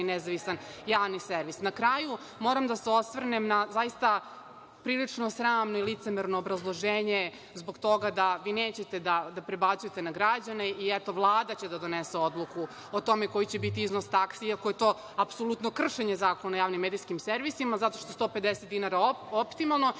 i nezavisan javni servis. Na kraju, moram da se osvrnem na zaista prilično sramno i licemerno obrazloženje zbog toga da vi nećete da prebacujete na građane i, eto, Vlada će da donese odluku o tome koji će biti iznos taksi, iako je to apsolutno kršenje Zakona o javnim medijskim servisima, zato što je 150 dinara optimalno